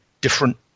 different